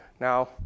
Now